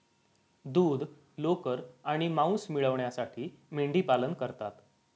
दूध, लोकर आणि मांस मिळविण्यासाठी मेंढीपालन करतात